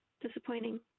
disappointing